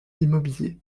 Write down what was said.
immobilier